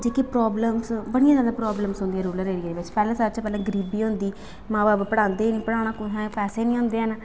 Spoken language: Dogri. जेह्कियां प्रॉब्लमस बड़ियां जादै प्रॉब्लमस न रूरल एरिया बिच पैह्लें सारे शा पैह्लें गरीबी होंदी मां बब्ब पढ़ांदे निं पढ़ाना कुत्थें पैसे निं होंदे है'न